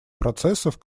процессов